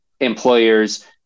employers